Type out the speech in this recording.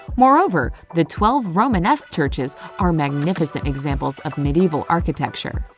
moreover, the twelve romanesque churches are magnificent examples of medieval architecture.